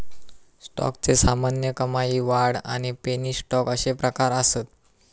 स्टॉकचे सामान्य, कमाई, वाढ आणि पेनी स्टॉक अशे प्रकार असत